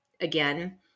again